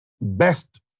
best